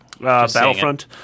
Battlefront